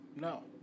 No